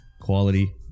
Quality